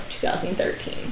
2013